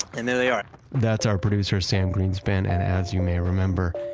and there they are that's our producer, sam greenspan, and as you may remember,